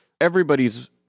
Everybody's